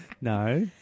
No